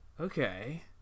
okay